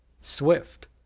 swift